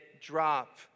drop